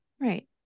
right